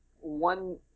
one